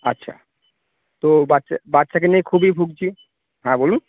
আচ্ছা তো বাচ্চা বাচ্চাকে নিয়ে খুবই ভুগছি হ্যাঁ বলুন